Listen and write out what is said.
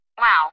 Wow